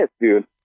dude